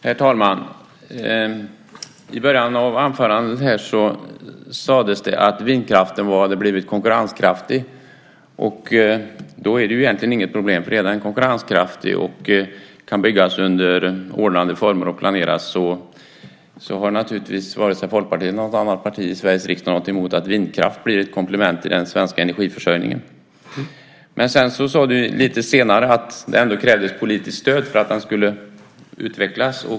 Herr talman! I början av anförandet sades det att vindkraften hade blivit konkurrenskraftig. Då är det egentligen inget problem, därför att om den är konkurrenskraftig och kan planeras och byggas ut under ordnade former har naturligtvis varken Folkpartiet eller något annat parti i Sveriges riksdag något emot att vindkraften blir ett komplement till den svenska energiförsörjningen. Men sedan sade du lite senare att det ändå krävs politiskt stöd för att den ska utvecklas.